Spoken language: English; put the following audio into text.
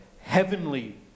heavenly